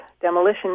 demolition